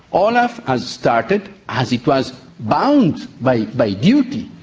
olaf has started, as it was bound by by duty,